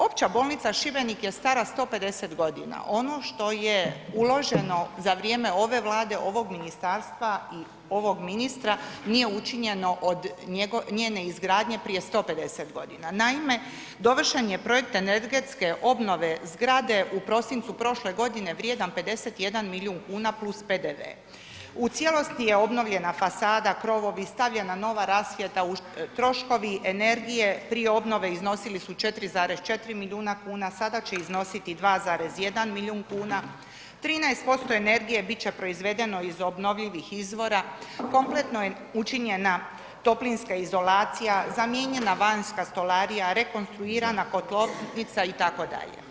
Opća bolnica Šibenik je stara 150.g., ono što je uloženo za vrijeme ove Vlade, ovog ministarstva i ovog ministra nije učinjeno od njene izgradnje prije 150.g. Naime, dovršen je projekt energetske obnove zgrade u prosincu prošle godine vrijedan 51 milijun kuna + PDV, u cijelosti je obnovljena fasada, krovovi i stavljena nova rasvjeta, troškovi energije prije obnove iznosili su 4,4 milijuna kuna, sada će iznositi 2,1 milijun kuna, 13% energije bit će proizvedeno iz obnovljivih izvora, kompletno je učinjena toplinska izolacija, zamijenjena vanjska stolarija, rekonstruirana kotlovnica itd.